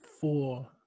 Four